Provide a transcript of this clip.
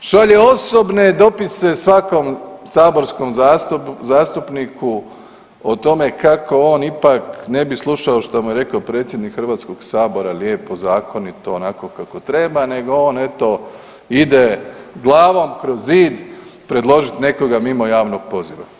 Šalje osobne dopise svakom saborskom zastupniku o tome kako on ipak ne bi slušao što mu je rekao predsjednik Hrvatskog sabora lijepo, zakonito onako kako treba nego on eto ide glavom kroz zid predložit nekoga mimo javnog poziva.